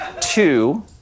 two